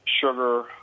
sugar